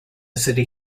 city